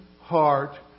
heart